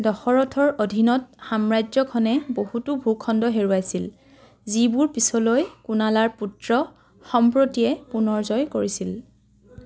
দশৰথৰ অধীনত সাম্ৰাজ্যখনে বহুতো ভূখণ্ড হেৰুৱাইছিল যিবোৰ পিছলৈ কুনালাৰ পুত্ৰ সম্প্ৰতীয়ে পুনৰ জয় কৰিছিল